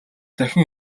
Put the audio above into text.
дахин